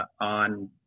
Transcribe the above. on